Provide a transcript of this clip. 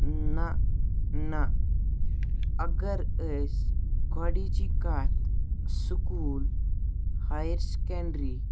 نہ نہ اگر أسۍ گۄڈنِچی کَتھ سکوٗل ہایَر سیکینٛڈری